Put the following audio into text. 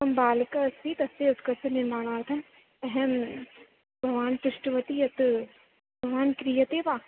मम बालकः अस्ति तस्य युतकस्य निर्माणार्थम् अहं भवान् पृष्टवती यत् भवान् क्रियते वा